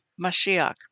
Mashiach